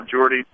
Jordy